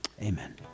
Amen